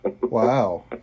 Wow